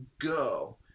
go